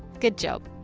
good job!